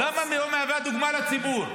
למה לא מהווה דוגמה לציבור?